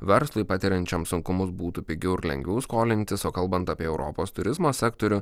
verslui patiriančiam sunkumus būtų pigiau ir lengviau skolintis o kalbant apie europos turizmo sektorių